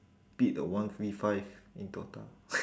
beat a one V five in DOTA